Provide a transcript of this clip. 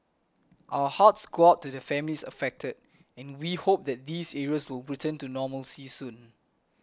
our hearts go out to the families affected and we hope that these areas will return to normalcy soon